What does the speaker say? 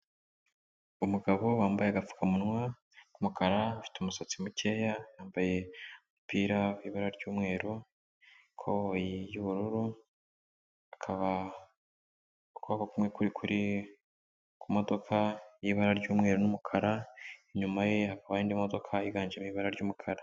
Umugabo wambaye agapfukamunwa k'umukara, afite umusatsi mukeya, yambaye umupira w'ibara ry'umweru, ikoboyi y'ubururu, akaba ukuboko kumwe kuri kumodoka y'ibara ry'umweru n'umukara, inyuma ye hakaba hari imodoka yiganjemo ibara ry'umukara.